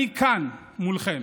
אני עומד כאן מולכם